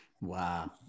Wow